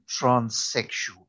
transsexual